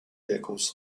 vehicles